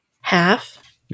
Half